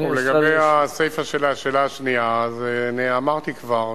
לגבי הסיפא של השאלה השנייה, אני אמרתי כבר,